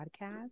podcast